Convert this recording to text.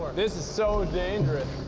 this is so dangerous.